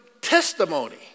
testimony